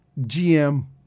GM